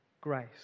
grace